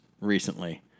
recently